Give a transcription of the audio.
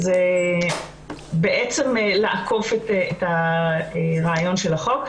זה בעצם לעקוף את הרעיון של החוק.